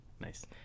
Nice